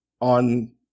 on